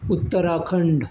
Uttarakhand